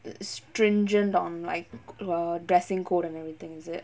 stringent on like err dressing code and everything is it